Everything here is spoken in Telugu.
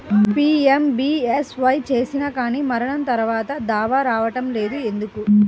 పీ.ఎం.బీ.ఎస్.వై చేసినా కానీ మరణం తర్వాత దావా రావటం లేదు ఎందుకు?